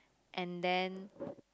and then